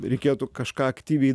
reikėtų kažką aktyviai